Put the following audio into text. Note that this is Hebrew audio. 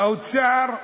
האוצר,